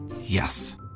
Yes